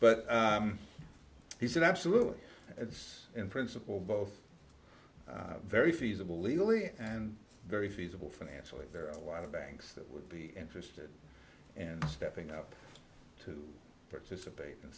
but he said absolutely it's in principle both very feasible legally and very feasible financially there are a lot of banks that would be interested and stepping up to participate in